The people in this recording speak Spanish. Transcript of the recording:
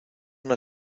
una